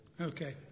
Okay